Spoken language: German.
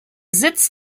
sitz